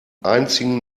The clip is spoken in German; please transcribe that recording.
einzigen